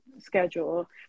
schedule